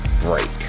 break